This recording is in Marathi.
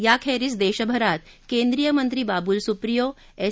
याखेरीज देशभरात केंद्रीयमंत्री बाबुल सुप्रियो एस